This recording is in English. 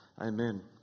Amen